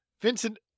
Vincent